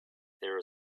there